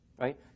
right